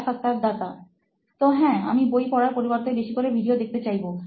সাক্ষাৎকারদাতা তো হ্যাঁ আমি বই পড়ার পরিবর্তে বেশি করে ভিডিও দেখতে চাইবো